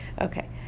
Okay